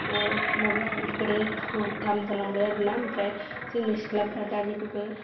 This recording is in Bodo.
उल मुगा बेफोरो बुहुत दाम जालांबाय आरोना आमफ्राय जोंनि सिख्लाफ्रा दा बेफोरखौ